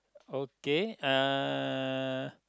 okay uh